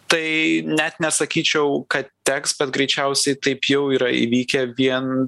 tai net nesakyčiau kad teks bet greičiausiai taip jau yra įvykę vien